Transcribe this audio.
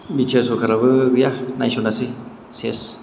BTR सरकाराबो गैया नायस'नासै सेस